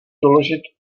doložit